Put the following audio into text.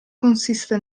consiste